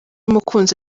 umukunzi